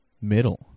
middle